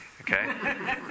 okay